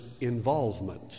involvement